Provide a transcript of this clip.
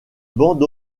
bandes